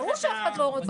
ברור שאף אחד לא רוצה,